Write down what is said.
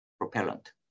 propellant